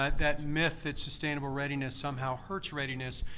that that myth that sustainable readiness somehow hurts readiness,